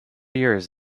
years